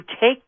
take